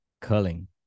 curling